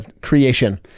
creation